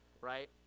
right